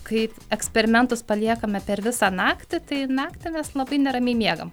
kaip eksperimentus paliekame per visą naktį tai naktį mes labai neramiai miegam